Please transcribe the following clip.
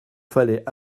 fallait